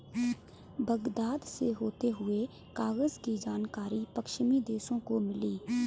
Baghdad से होते हुए कागज की जानकारी पश्चिमी देशों को मिली